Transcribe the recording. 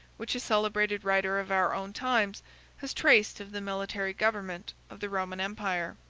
which a celebrated writer of our own times has traced of the military government of the roman empire.